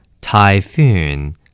Typhoon